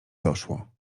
doszło